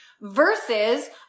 versus